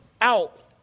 out